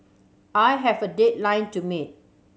I have a deadline to meet